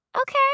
Okay